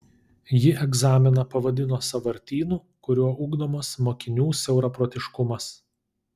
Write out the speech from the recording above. ji egzaminą pavadino sąvartynu kuriuo ugdomas mokinių siauraprotiškumas